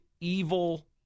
evil